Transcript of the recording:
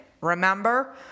remember